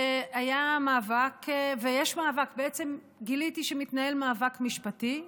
בעצם גיליתי שמתנהל מאבק משפטי.